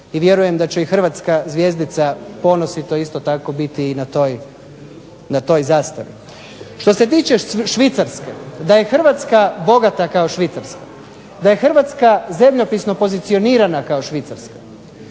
i vjerujem da će i hrvatska zvjezdica ponosito isto tako biti i na toj zastavi. Što se tiče Švicarske, da je Hrvatska bogata kao Švicarska, da je Hrvatska zemljopisno pozicionirana kao Švicarska,